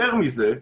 תודה.